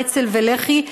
אצ"ל ולח"י,